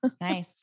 Nice